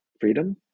freedom